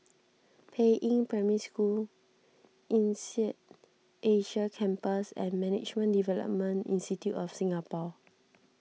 Peiying Primary School Insead Asia Campus and Management Development Institute of Singapore